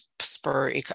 spur